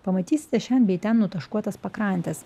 pamatysite šen bei ten nutaškuotas pakrantes